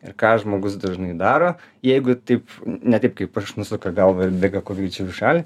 ir ką žmogus dažnai daro jeigu taip ne taip kaip aš nusuka galvą ir bėga kuo greičiau į šalį